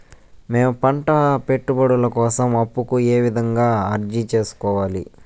మేము పంట పెట్టుబడుల కోసం అప్పు కు ఏ విధంగా అర్జీ సేసుకోవాలి?